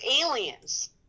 aliens